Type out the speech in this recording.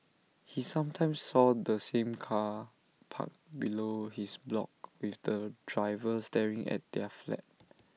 he sometimes saw the same car parked below his block with the driver staring at their flat